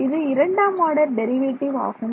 இது இரண்டாம் order derivative ஆகும்